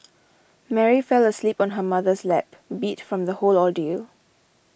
Mary fell asleep on her mother's lap beat from the whole ordeal